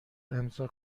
امضاء